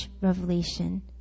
revelation